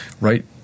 right